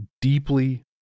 deeply